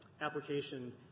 application